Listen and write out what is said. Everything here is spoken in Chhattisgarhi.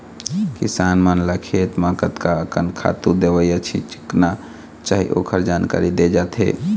किसान मन ल खेत म कतका अकन खातू, दवई छिचना चाही ओखर जानकारी दे जाथे